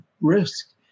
risk